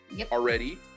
already